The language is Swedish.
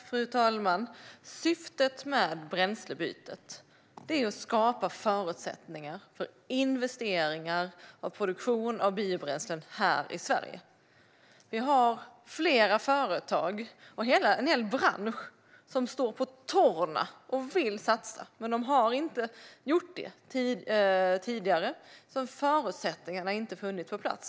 Fru talman! Syftet med bränslebytet är att skapa förutsättningar för investeringar i produktion av biobränsle här i Sverige. Vi har flera företag och en hel bransch som står på tårna och vill satsa, men de har inte gjort detta tidigare eftersom förutsättningarna inte har funnits på plats.